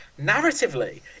Narratively